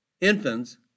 infants